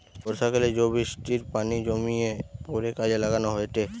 বর্ষাকালে জো বৃষ্টির পানি জমিয়ে পরে কাজে লাগানো হয়েটে